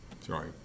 Sorry